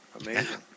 Amazing